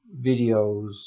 videos